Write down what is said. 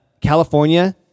California